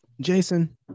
Jason